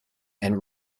and